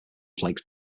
flakes